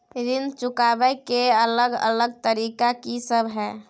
ऋण चुकाबय के अलग अलग तरीका की सब हय?